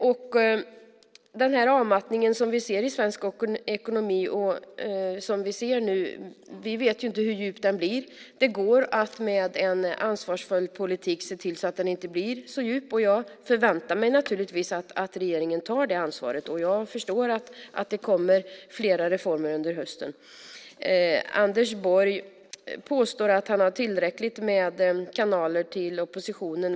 Vi vet inte hur djup den avmattning blir som vi ser nu i svensk ekonomi. Det går att med en ansvarsfull politik se till att den inte blir så djup. Jag förväntar mig naturligtvis att regeringen tar det ansvaret, och jag förstår att det kommer flera reformer under hösten. Anders Borg påstår att han har tillräckligt med kanaler till oppositionen.